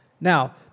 Now